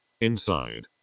Inside